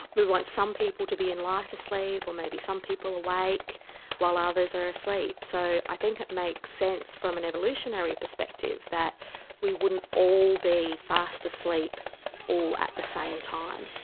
we want some people to be in lighter asleep or maybe some people awake while others are asleep. so i think it makes sense from an evolutionary perspective that we wouldn't all be fast asleep all at the same time.